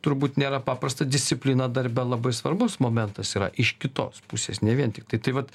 turbūt nėra paprasta disciplina darbe labai svarbus momentas yra iš kitos pusės ne vien tiktai tai vat